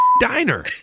diner